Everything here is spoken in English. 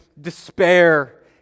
despair